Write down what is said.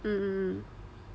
mm mm